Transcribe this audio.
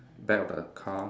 back of the car